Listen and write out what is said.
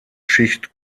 schicht